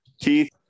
Keith